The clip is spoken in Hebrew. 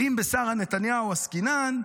ואם בשרה נתניהו עסקינן,